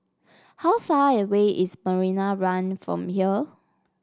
how far away is Marina One from here